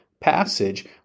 passage